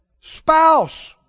Spouse